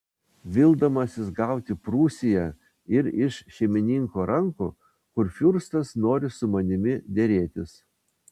vildamasis gauti prūsiją ir iš šeimininko rankų kurfiurstas nori su manimi derėtis